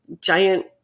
giant